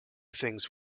things